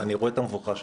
אני רואה את המבוכה שלך,